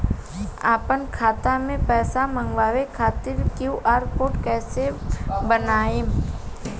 आपन खाता मे पैसा मँगबावे खातिर क्यू.आर कोड कैसे बनाएम?